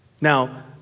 Now